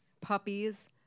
Puppies